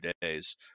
days